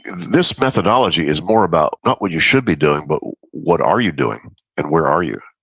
this methodology is more about not what you should be doing, but what are you doing and where are you?